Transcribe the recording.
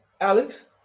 Alex